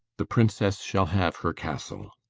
the princess shall have her castle.